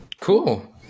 Cool